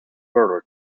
world